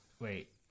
Wait